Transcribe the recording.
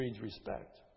respect